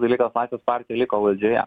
dalykas laisvės partija liko valdžioje